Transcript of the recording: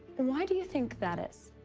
why do you think that is?